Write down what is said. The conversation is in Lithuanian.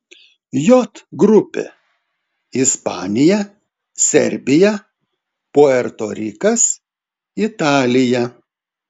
j grupė ispanija serbija puerto rikas italija